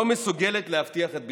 לא מסוגלת להבטיח את ביטחונם.